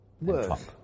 Worse